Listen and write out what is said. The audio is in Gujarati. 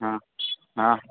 હા હા